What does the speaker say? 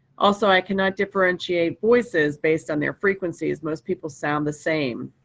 also i cannot differentiate voices based on their frequencies. most people sound the same.